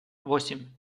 восемь